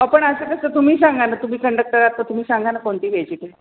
अहो पण असं कसं तुम्ही सांगा न तुम्ही कंडक्टर आहात तर तुम्ही सांगा न कोणती घ्यायची ती